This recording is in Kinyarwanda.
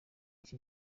iki